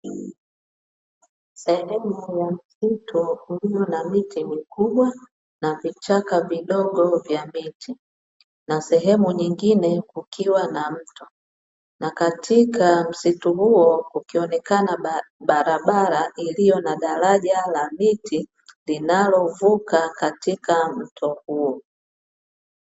Sehemu ya msitu iliyo na miti mikubwa, na vichaka vidogo vya miti na sehemu nyingine kukiwa na mto. Na katika msitu huo, kukionekana barabara iliyo na daraja la miti, linalovuka katika mto huo.